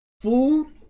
food